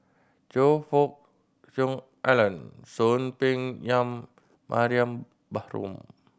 Choe Fook Cheong Alan Soon Peng Yam Mariam Baharom